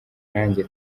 nanjye